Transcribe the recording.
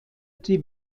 die